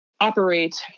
operate